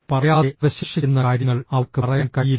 പറയാതെ അവശേഷിക്കുന്ന കാര്യങ്ങൾ അവർക്ക് പറയാൻ കഴിയില്ല